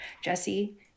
jesse